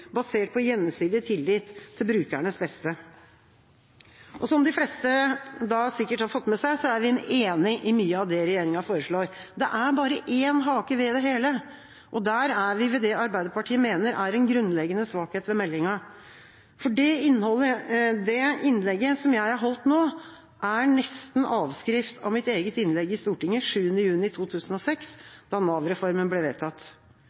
basert på gjensidig tillit til brukernes beste. Som de fleste da sikkert har fått med seg, er vi enig i mye av det regjeringa foreslår. Det er bare én hake ved det hele, og der er vi ved det Arbeiderpartiet mener er en grunnleggende svakhet ved meldinga, for det innlegget jeg holdt nå, er nesten avskrift av mitt eget innlegg i Stortinget den 7. juni 2006, da Nav-reformen ble vedtatt.